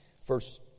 First